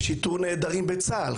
יש איתור נעדרים בצה"ל.